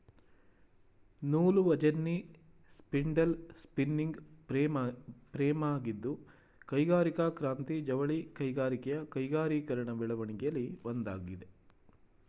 ನೂಲುವಜೆನ್ನಿ spindle spinning ಫ್ರೇಮಾಗಿದ್ದು ಕೈಗಾರಿಕಾ ಕ್ರಾಂತಿ ಜವಳಿ ತಯಾರಿಕೆಯ ಕೈಗಾರಿಕೀಕರಣ ಬೆಳವಣಿಗೆಲಿ ಒಂದಾಗಿದೆ